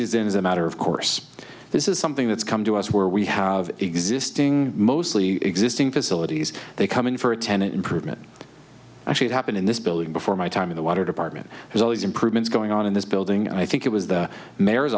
as a matter of course this is something that's come to us where we have existing mostly existing facilities they come in for a tenant improvement actually happened in this building before my time in the water department has all these improvements going on in this building i think it was the mayor's